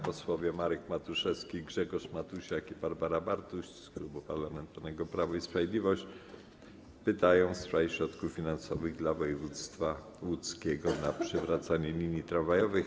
Posłowie Marek Matuszewski, Grzegorz Matusiak i Barbara Bartuś z Klubu Parlamentarnego Prawo i Sprawiedliwość zadają pytanie w sprawie środków finansowych dla województwa łódzkiego na przywracanie linii tramwajowych.